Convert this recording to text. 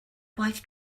gwaith